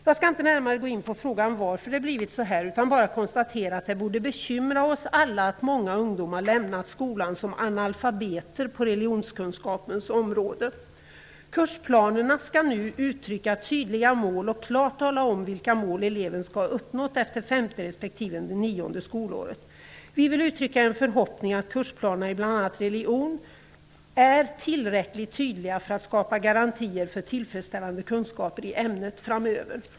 Jag skall inte närmare gå in på frågan om varför det har blivit så här utan bara konstatera att det borde bekymra oss alla att många ungdomar lämnar skolan som analfabeter på religionkunskapens område. Kursplanerna skall nu uttrycka tydliga mål och klart tala om vilka mål eleven skall ha uppnått efter femte respektive nionde skolåret. Vi vill uttrycka en förhoppning om att kursplanerna i bl.a. religion är tillräckligt tydliga för att skapa garantier för tillfredsställande kunskaper i ämnet framöver.